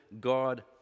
God